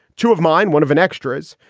two of mine, one of an extras.